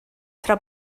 tra